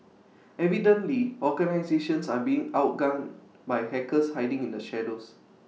evidently organisations are being outgunned by hackers hiding in the shadows